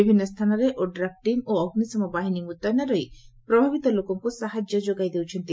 ବିଭିନୁ ସ୍ଚାନରେ ଓଡ୍ରାଫ୍ ଚିମ୍ ଓ ଅଗ୍ବିସମ ବାହିନୀ ମୁତୟନ ରହି ପ୍ରଭାବିତ ଲୋକଙ୍କୁ ସାହାଯ୍ୟ ଯୋଗାଇ ଦେଉଛନ୍ତି